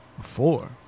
four